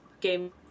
Game